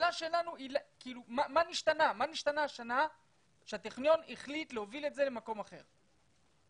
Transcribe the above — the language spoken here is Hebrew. השאלה שלנו מה השתנה השנה שהטכניון החליט להוביל את זה למקום אחר.